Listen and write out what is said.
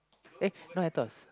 uh not Hatous